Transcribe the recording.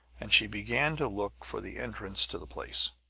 and she began to look for the entrance to the place.